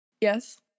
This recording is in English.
Yes